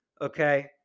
Okay